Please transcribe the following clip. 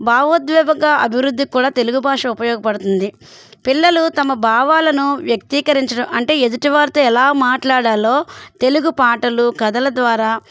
భావోద్వేగ అభివృద్ధికి కూడా తెలుగు భాష ఉపయోగపడుతుంది పిల్లలు తమ భావాలను వ్యక్తీకరించడం అంటే ఎదుటివారితో ఎలా మాట్లాడాలో తెలుగు పాటలు కథల ద్వారా